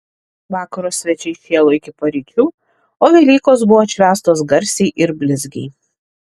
vakaro svečiai šėlo iki paryčių o velykos buvo atšvęstos garsiai ir blizgiai